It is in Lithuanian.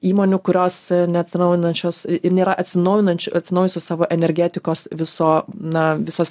įmonių kurios neatsinaujinančios ir nėra atsinaujinančių atsinaujinusios savo energetikos viso na visos